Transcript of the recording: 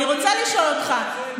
אני רוצה לשאול אותך,